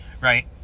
Right